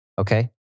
Okay